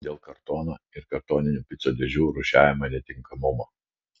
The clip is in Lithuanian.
dėl kartono ir kartoninių picų dėžių rūšiavimo netinkamumo